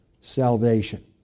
salvation